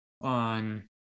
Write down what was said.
on